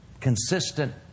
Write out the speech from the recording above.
consistent